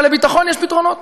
אבל לביטחון יש פתרונות.